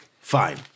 Fine